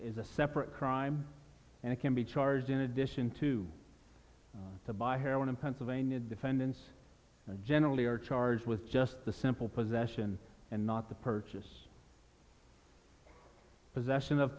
is a separate crime and can be charged in addition to to buy heroin in pennsylvania defendants generally are charged with just the simple possession and not the purchase possession of